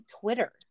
Twitter